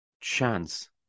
chance